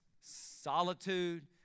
solitude